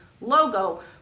logo